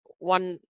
one